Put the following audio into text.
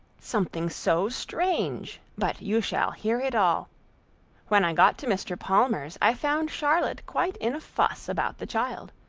something so strange! but you shall hear it all when i got to mr. palmer's, i found charlotte quite in a fuss about the child.